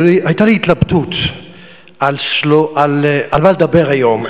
היתה לי התלבטות על מה לדבר היום.